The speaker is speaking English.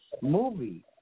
movie